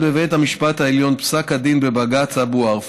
בבית המשפט העליון פסק הדין בבג"ץ אבו ערפה.